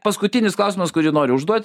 paskutinis klausimas kurį noriu užduot